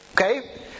Okay